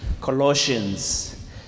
Colossians